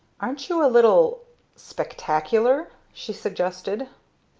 aren't you a little spectacular? she suggested.